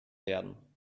werden